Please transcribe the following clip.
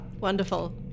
wonderful